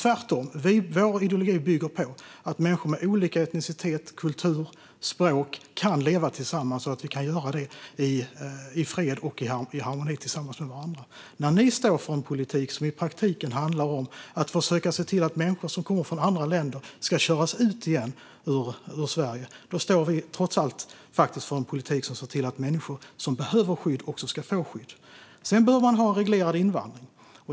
Vår ideologi bygger tvärtom på att människor med olika etnicitet, kultur och språk kan leva tillsammans och att vi kan göra det i fred och harmoni. När ni står för en politik som i praktiken handlar om att försöka se till att människor som kommer från andra länder ska köras ut ur Sverige står vi trots allt för en politik som ska se till att människor som behöver skydd också ska få skydd. Sedan behöver man ha en reglerad invandring.